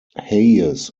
hayes